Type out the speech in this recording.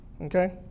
okay